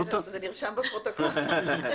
זה נרשם בפרוטוקול.